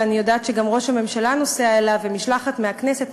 ואני יודעת שגם ראש הממשלה נוסע אליו ומשלחת מהכנסת,